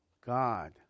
God